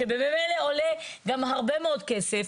שבמילא עולה גם הרבה מאוד כסף,